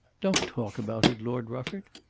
don't talk about it, lord rufford.